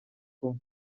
kumwe